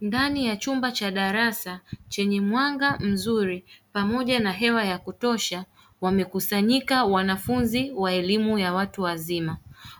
Ndani ya chumba cha darasa chenye mwanga mzuri pamoja na hewa ya kutosha, wamekusanyika wanafunzi wa elimu ya watu wazima.